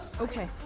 Okay